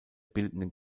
bildenden